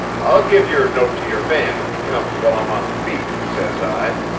i'll give your note to your man if he comes while i'm on the beat says i.